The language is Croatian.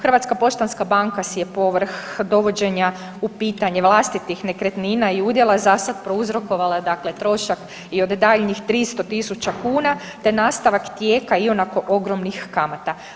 Hrvatska poštanska banka si je povrh dovođenja u pitanje vlastitih nekretnina i udjela zasad prouzrokovala dakle trošak i od daljnjih 300.000 kuna te nastavak tijeka ionako ogromnih kamata.